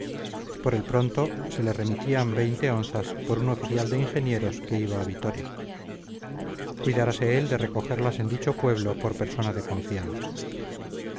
por el pronto se le remitían onzas por un oficial de ingenieros que iba a vitoria cuidárase él de recogerlas en dicho pueblo por persona de confianza